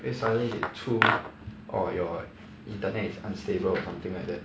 then suddenly 你出 or your internet is unstable or something like that